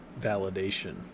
validation